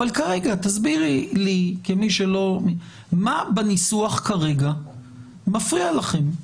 אבל כרגע תסבירי לי מה בניסוח כרגע מפריע לכם.